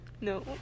No